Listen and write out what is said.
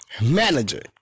manager